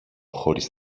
χωρίς